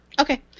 Okay